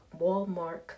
Walmart